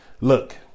look